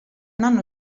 hanno